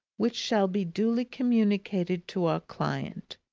which shall be duly communicated to our client.